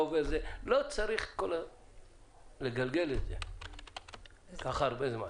לא צריך לגלגל את זה ככה הרבה זמן.